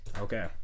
Okay